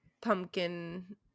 pumpkin